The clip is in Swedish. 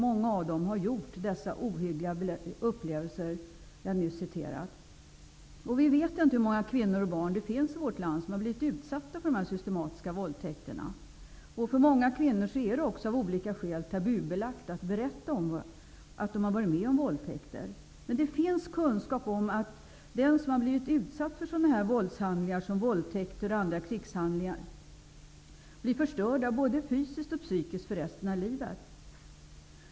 Många av dem har varit med om dessa ohyggliga upplevelser som jag nyss har talat om. Vi vet inte hur många kvinnor och barn det finns i vårt land som har blivit utsatta för de här systematiska våldtäkterna. För många kvinnor är det också av olika skäl tabubelagt att berätta om att de har varit med om våldtäkter, men det finns kunskap om att den som har blivit utsatt för sådana här våldshandlingar, våldtäkter och andra krigshandlingar, blir förstörda både fysiskt och psykiskt för resten av livet.